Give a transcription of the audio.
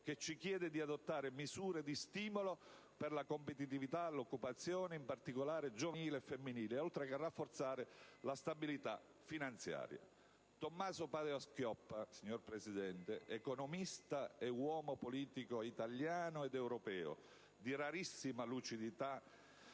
che ci chiede di adottare misure di stimolo per la competitività e l'occupazione, in particolare giovanile e femminile, oltre che volte a rafforzare la stabilità finanziaria. Tommaso Padoa-Schioppa, Signor Presidente, economista e uomo politico italiano ed europeo di rarissima lucidità